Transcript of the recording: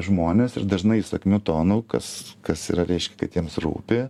žmonės ir dažnai įsakmiu tonu kas kas yra reiškia kad jiems rūpi